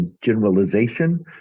generalization